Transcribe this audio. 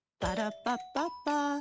Ba-da-ba-ba-ba